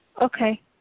Okay